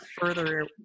further